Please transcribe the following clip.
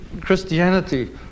Christianity